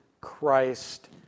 Christ